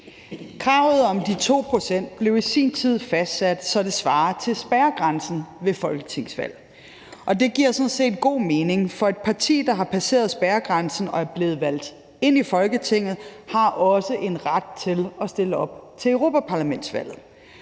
Kravet om de 2 pct. blev i sin tid fastsat, så det svarer til spærregrænsen ved folketingsvalg. Og det giver sådan set god mening, for et parti, der har passeret spærregrænsen og er blevet valgt ind i Folketinget, har også en ret til at stille op til europaparlamentsvalget.